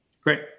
great